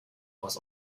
was